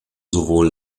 sowohl